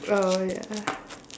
oh ya